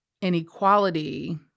inequality